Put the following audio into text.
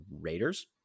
Raiders